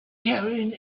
carrying